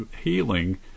healing